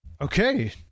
Okay